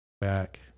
back